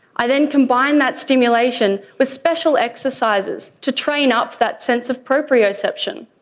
i then combine that stimulation with special exercises to train up that sense of proprioception.